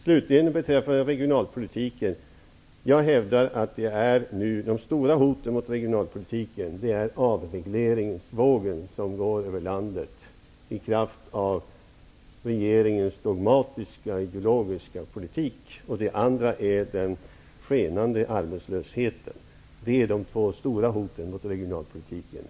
Jag hävdar slutligen att de två stora hoten mot regionalpolitiken är den avregleringsvåg som nu går över landet, i kraft av regeringens dogmatiska och ideologiska politik, och den skenande arbetslösheten.